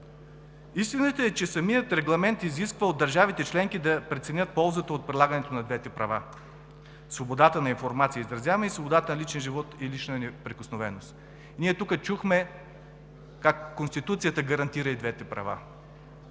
Истината е, че самият Регламент изисква от държавите членки да преценят ползата от прилагането на двете права – свободата на информация и изразяване и свободата на личен живот и лична неприкосновеност. Ние тук чухме как Конституцията гарантира и двете права.